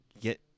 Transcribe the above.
get